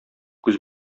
күз